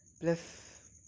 plus